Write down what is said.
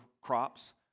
crops